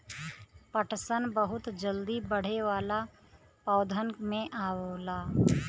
पटसन बहुत जल्दी बढ़े वाला पौधन में आवला